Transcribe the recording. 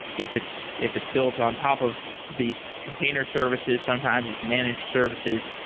if it's if it's built on top of these container services, sometimes these managed services,